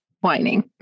whining